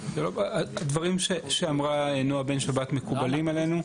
הדברים שאמרה נעה בן שבת מקובלים עלינו.